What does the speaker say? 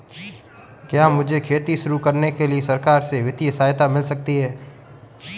क्या मुझे खेती शुरू करने के लिए सरकार से वित्तीय सहायता मिल सकती है?